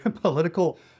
political